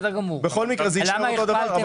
למה הכפלתם את זה?